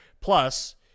Plus